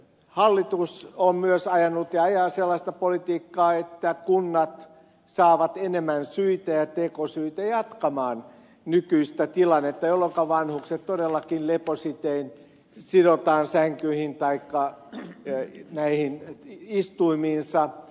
hallitus on myös ajanut ja ajaa sellaista politiikkaa että kunnat saavat enemmän syitä ja tekosyitä jatkaa nykyistä tilannetta jolloinka vanhukset todellakin lepositein sidotaan sänkyihin taikka istuimiinsa